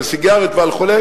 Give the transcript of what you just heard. על סיגריות וכו',